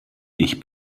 ich